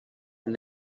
and